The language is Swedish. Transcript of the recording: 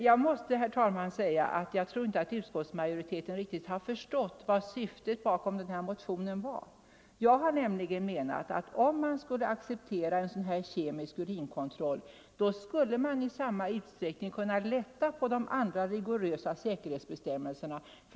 Jag tror inte att utskottsmajoriteten riktigt har förstått vad syftet med den här motionen var. Jag menar att om man skulle acceptera en kemisk urinkontroll skulle man i samma utsträckning kunna lätta på de andra rigorösa säkerhetsbestämmelserna.